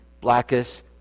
blackest